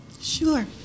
Sure